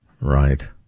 right